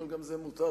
אבל גם זה מותר.